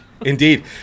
Indeed